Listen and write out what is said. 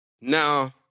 Now